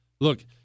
Look